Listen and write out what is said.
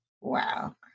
Wow